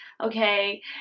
okay